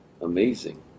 amazing